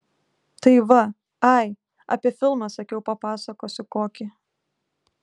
tai va ai apie filmą sakiau papasakosiu kokį